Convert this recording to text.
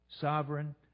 sovereign